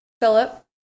Philip